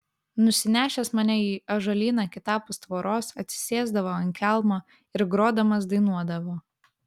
nusinešęs mane į ąžuolyną kitapus tvoros atsisėsdavo ant kelmo ir grodamas dainuodavo